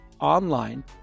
online